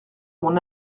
mon